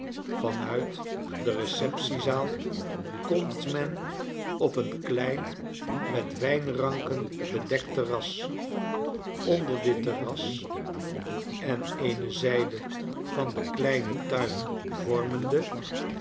uit de receptiezaal komt men op een klein met wijnranken bedekt terras onder dit terras en eene zijde van den kleinen tuin vormende